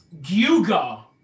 Guga